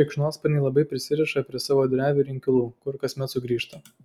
šikšnosparniai labai prisiriša prie savo drevių ir inkilų kur kasmet sugrįžta